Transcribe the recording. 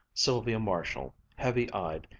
sylvia marshall, heavy-eyed,